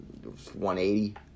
180